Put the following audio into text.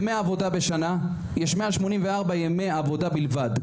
יש בשנה כ-184 ימי עבודה בלבד.